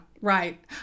right